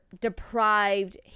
deprived